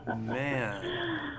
Man